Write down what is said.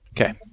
Okay